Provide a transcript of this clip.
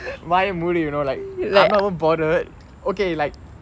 வாய மூடு:vaaya mudu you know like I'm not even bothered okay like